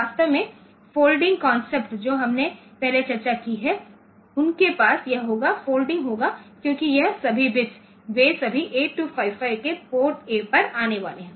वास्तव में flooding concept जो हमने पहले चर्चा की है उनके पास यह होगा फ्लडिंग होगा क्योंकि यह सभी बिट्स वे सभी 8255 के पोर्ट ए पर आने वाले हैं